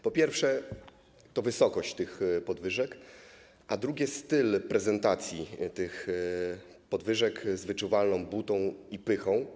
Po pierwsze, to wysokość tych podwyżek, a po drugie, styl prezentacji tych podwyżek z wyczuwalną butą i pychą.